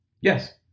yes